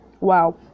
Wow